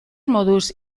moduz